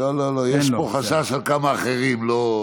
לא, לא, יש פה חשש על כמה אחרים, לא,